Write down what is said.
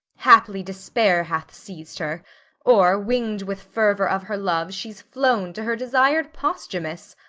haply despair hath seiz'd her or, wing'd with fervour of her love, she's flown to her desir'd posthumus.